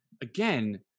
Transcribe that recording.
again